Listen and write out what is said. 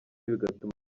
bigatuma